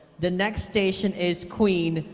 the next station is queen,